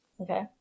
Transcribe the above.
Okay